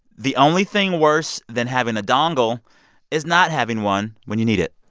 the only thing worse than having a dongle is not having one when you need it.